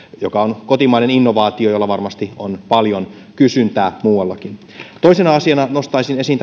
joka on kotimainen innovaatio ja jolla varmasti on paljon kysyntää muuallakin toisena asiana nostaisin esiin